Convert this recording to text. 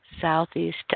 Southeast